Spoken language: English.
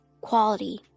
quality